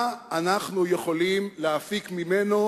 מה אנחנו יכולים להפיק ממנו